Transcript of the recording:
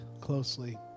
closely